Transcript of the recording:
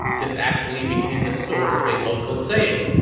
this actually became the source of a local saying,